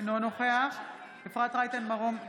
אינו נוכח אפרת רייטן מרום,